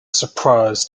surprise